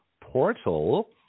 portal